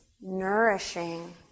nourishing